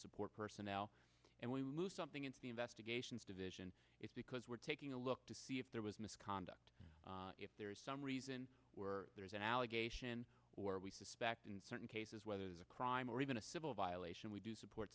support personnel and we lose something in the investigations division it's because we're taking a look to see if there was misconduct if there is some reason there's an allegation or we suspect in certain cases whether it is a crime or even a civil violation we do support